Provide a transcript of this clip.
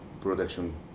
production